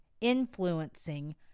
influencing